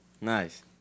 Nice